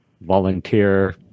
volunteer